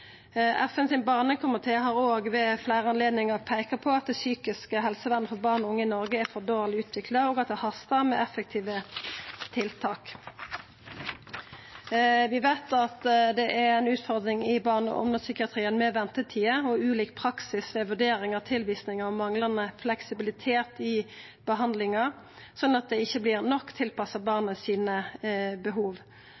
FN sin barnekomité har òg ved fleire anledningar peika på at det psykiske helsevernet for barn og unge i Noreg er for dårleg utvikla, og at det hastar med effektive tiltak. Vi veit at det er ei utfordring i barne- og ungdomspsykiatrien med ventetider og ulik praksis ved vurdering av tilvising og manglande fleksibilitet i behandlinga, at det ikkje vert nok tilpassa